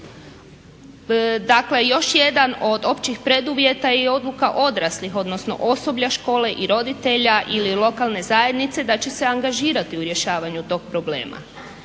Dakle, još jedan od općih preduvjeta je odluka odraslih odnosno osoblja škole i roditelja ili lokalne zajednice da će se angažirati u rješavanju tog problema.